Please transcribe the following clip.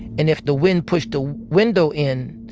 and if the wind pushed the window in,